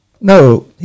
No